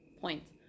points